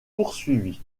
poursuivie